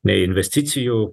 nei investicijų